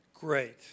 Great